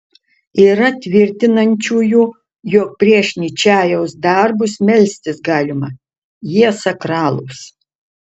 yra tvirtinančiųjų jog prieš ničajaus darbus melstis galima jie sakralūs